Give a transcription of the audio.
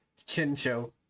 Chincho